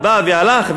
ובא והלך,